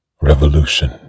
Revolution